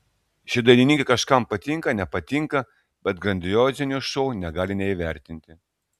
ši dainininkė kažkam patinka nepatinka bet grandiozinio šou negali neįvertinti